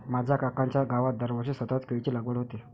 माझ्या काकांच्या गावात दरवर्षी सतत केळीची लागवड होते